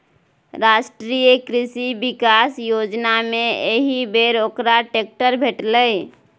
राष्ट्रीय कृषि विकास योजनामे एहिबेर ओकरा ट्रैक्टर भेटलै